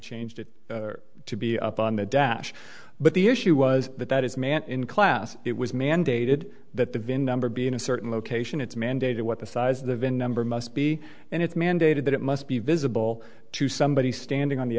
changed it to be up on the dash but the issue was that that is man in class it was mandated that the vin number be in a certain location it's mandated what the size of the vin number must be and it's mandated that it must be visible to somebody standing on the